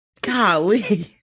Golly